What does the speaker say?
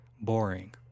boring